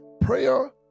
prayer